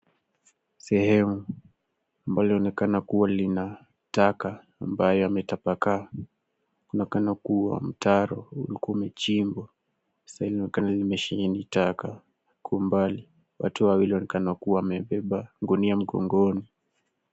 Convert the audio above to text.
Sehemu ambalo linaonekana kuwa lina taka ambayo yametapakaa. Kunaonekana kuwa mtaro ulikua umechimbwa saa hii inaonekana. Kwa umbali watu wawili wanaonekana kuwa wamebeba gunia mgongoni.